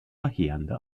verheerende